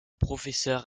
professeur